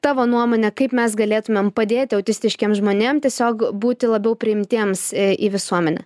tavo nuomone kaip mes galėtumėm padėti autistiškiem žmonėm tiesiog būti labiau priimtiems į visuomenę